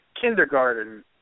kindergarten